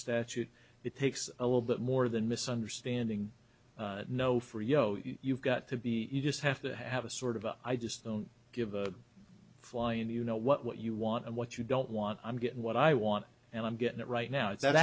statute it takes a little bit more than misunderstanding no for you know you've got to be you just have to have a sort of a i just don't give a flying you know what you want and what you don't want i'm getting what i want and i'm getting it right now is that